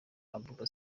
abouba